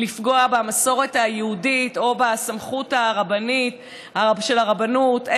לפגוע במסורת היהודית או בסמכות הרבנית של הרבנות,